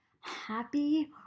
Happy